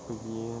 pergi